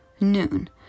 Noon